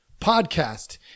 podcast